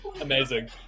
Amazing